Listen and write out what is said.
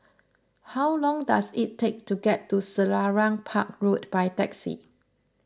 how long does it take to get to Selarang Park Road by taxi